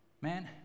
man